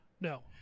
No